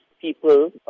People